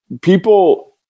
people